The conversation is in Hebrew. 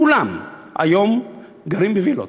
כולם היום גרים בווילות.